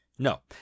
No